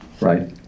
Right